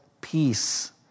peace